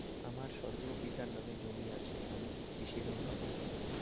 আমার স্বর্গীয় পিতার নামে জমি আছে আমি কি কৃষি লোন পাব?